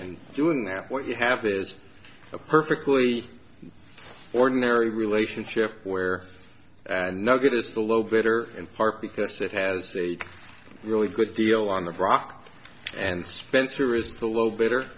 and doing that what you have is a perfectly ordinary relationship where a nugget is the low bidder and part because it has a really good deal on the brock and spencer is the low better